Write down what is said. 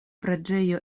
preĝejo